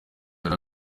bari